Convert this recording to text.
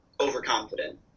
overconfident